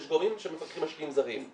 יש גורמים שמפקחים על משקיעים זרים.